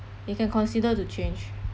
you can consider to change